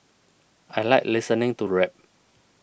I like listening to rap